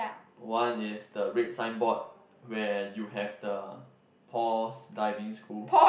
one is the red sign board where you have the Paul's Diving School